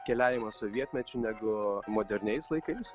keliavimą sovietmečiu negu moderniais laikais